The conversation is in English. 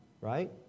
right